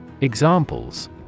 Examples